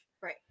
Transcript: right